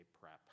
PrEP